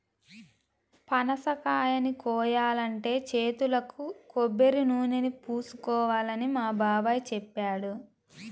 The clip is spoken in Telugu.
పనసకాయని కోయాలంటే చేతులకు కొబ్బరినూనెని పూసుకోవాలని మా బాబాయ్ చెప్పాడు